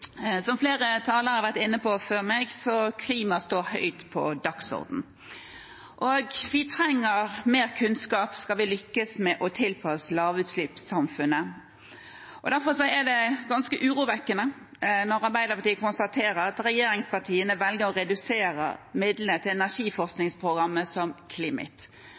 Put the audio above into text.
Som flere talere har vært inne på før meg, står klima høyt på dagsordenen. Vi trenger mer kunnskap skal vi lykkes med å tilpasse oss til å bli et lavutslippssamfunn. Derfor er det ganske urovekkende når Arbeiderpartiet konstaterer at regjeringspartiene velger å redusere midlene til energiforskningsprogrammet CLIMIT. Det er faktisk CLIMIT